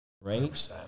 right